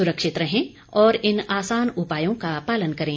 सुरक्षित रहें और इन आसान उपायों का पालन करें